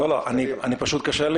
למה לא סגרת את המדינה